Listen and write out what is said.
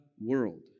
world